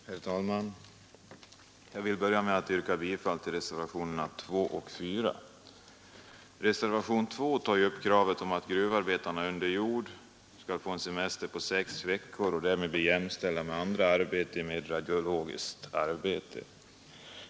Herr talman! Jag vill börja med att yrka bifall till reservationerna 2 och 4. Reservationen 2 tar upp kravet att gruvarbetare under jord skall få en semester på sex veckor och därmed bli jämställda med andra arbetare med radiologiskt arbete.